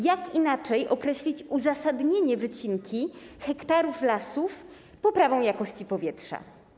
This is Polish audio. Jak inaczej określić uzasadnienie wycinki hektarów lasów poprawą jakości powietrza?